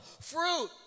fruit